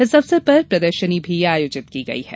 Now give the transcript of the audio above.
इस अवसर पर प्रदर्शनी भी आयोजित की गई है